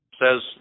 says